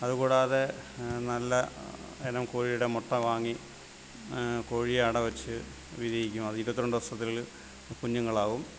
അതുകൂടാതെ നല്ല ഇനം കോഴിയുടെ മുട്ട വാങ്ങി കോഴിയെ അടവെച്ച് വിരിയിക്കും അത് ഇരുപത്തിരണ്ട് ദിവസത്തിനുള്ളിൽ കുഞ്ഞുങ്ങളാവും